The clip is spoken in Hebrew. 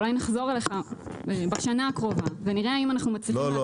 אולי נחזור אליך בשנה הקרובה ונראה אם אנחנו מצליחים להעביר --- לא,